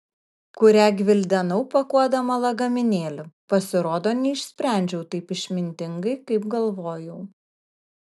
kurią gvildenau pakuodama lagaminėlį pasirodo neišsprendžiau taip išmintingai kaip galvojau